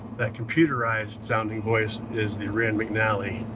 that computerized sounding voice is the rand mcnally.